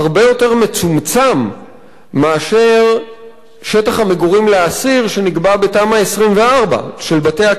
מצומצם משטח המגורים לאסיר שנקבע בתמ"א 24 של בתי-הכלא.